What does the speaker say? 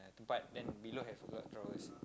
like tepat then below have a lot of drawers